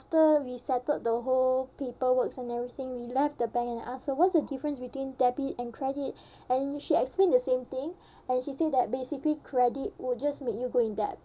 ~ter we settled the whole paperworks and everything we left the bank and ask her what's the difference between debit and credit and then she explained the same thing and she said that basically credit would just make you go in debt